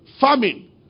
famine